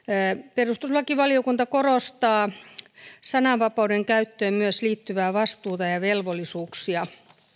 perustuslakivaliokunta korostaa sananvapauden käyttöön myös liittyvää vastuuta ja velvollisuuksia